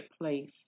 place